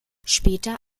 später